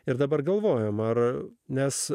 ir dabar galvojome ar nes